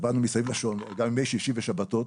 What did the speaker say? עבדנו מסביב לשעון, גם ימי שישי ושבתות,